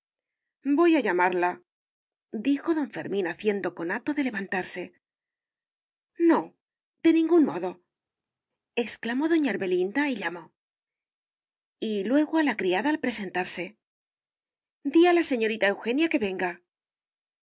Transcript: voy a llamarladijo don fermín haciendo conato de levantarse no de ningún modo exclamó doña ermelinda y llamó y luego a la criada al presentarse di a la señorita eugenia que venga